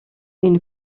une